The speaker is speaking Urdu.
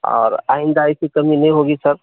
اور آئندہ ایسی کمی نہیں ہوگی سر